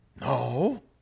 No